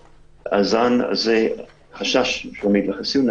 הזן הזה יש חשש שהוא עמיד לחיסון.